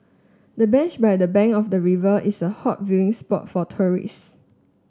the bench by the bank of the river is a hot viewing spot for tourists